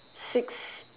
six